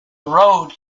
road